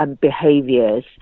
behaviors